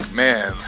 man